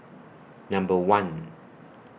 Number one